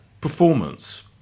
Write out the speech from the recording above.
performance